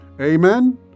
Amen